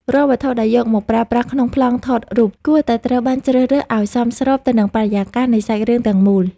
រាល់វត្ថុដែលយកមកប្រើប្រាស់ក្នុងប្លង់ថតរូបគួរតែត្រូវបានជ្រើសរើសឱ្យសមស្របទៅនឹងបរិយាកាសនៃសាច់រឿងទាំងមូល។